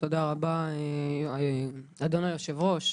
תודה רבה, אדוני היו"ר,